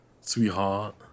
sweetheart